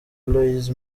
aloys